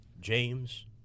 James